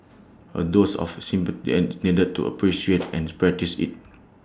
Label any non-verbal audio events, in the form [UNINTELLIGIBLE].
A dose of [UNINTELLIGIBLE] is needed to appreciate and practice IT